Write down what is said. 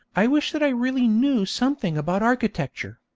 i wish that i really knew something about architecture